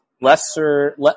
lesser